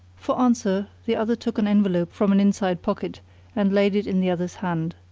for answer the other took an envelope from an inside pocket and laid it in the other's hand.